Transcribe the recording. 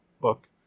book